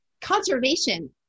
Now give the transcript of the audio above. conservation